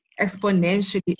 exponentially